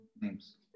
names